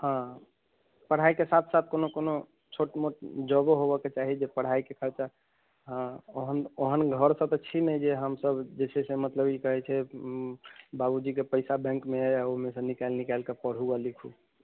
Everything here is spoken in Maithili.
हँ पढ़ाइके साथ साथ कोनो कोनो छोट मोट जॉबो होबऽ के चाही जे पढ़ाइके खर्चा ओहन घरसँ तऽ छी नहि जे हमसब जे छै से मतलब की कहैत छै बाबू जीके पैसा बैंकमे अइ आ ओहिमेसँ निकालि निकालिके पढू आ लिखू